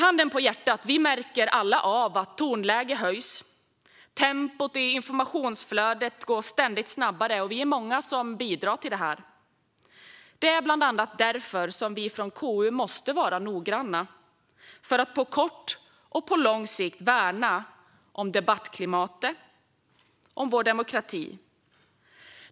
Handen på hjärtat, vi märker alla av att tonläget höjs och att tempot i informationsflödet ständigt går snabbare. Vi är många som bidrar till detta. Det är bland annat därför som vi från KU måste vara noggranna för att på kort och på lång sikt värna om debattklimatet och om vår demokrati.